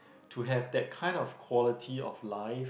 to have that kind of quality of life